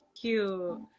cute